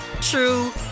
true